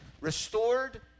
restored